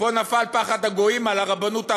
פה נפל פחד הגויים על הרבנות הראשית,